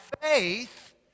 faith